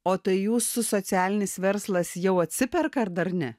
o tai jūsų socialinis verslas jau atsiperka ar dar ne